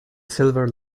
silver